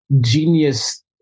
genius